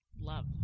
Love